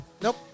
Nope